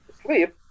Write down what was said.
sleep